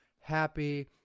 happy